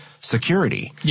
security